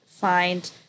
find